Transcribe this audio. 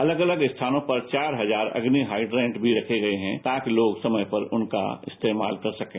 अलग अलग स्थानों पर चार हजार अग्नि हाइटेंड भी रखे गये हैं ताकि लोग समय पर उनका इस्तेमाल कर सकें